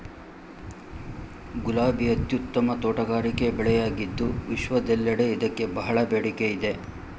ಗುಲಾಬಿ ಅತ್ಯುತ್ತಮ ತೋಟಗಾರಿಕೆ ಬೆಳೆಯಾಗಿದ್ದು ವಿಶ್ವದೆಲ್ಲೆಡೆ ಇದಕ್ಕೆ ಬಹಳ ಬೇಡಿಕೆ ಇದೆ